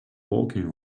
walking